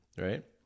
Right